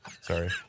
Sorry